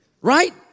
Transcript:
Right